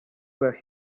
were